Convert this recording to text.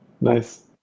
Nice